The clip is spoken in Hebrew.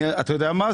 אתה יודע מה?